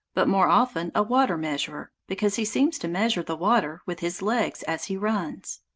but more often a water-measurer, because he seems to measure the water with his legs as he runs.